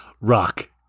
Rock